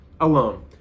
alone